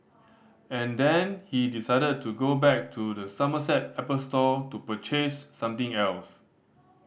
and then he decided to go back to the Somerset Apple store to purchase something else